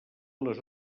les